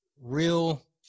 real